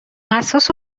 اساس